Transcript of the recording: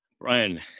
Brian